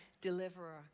deliverer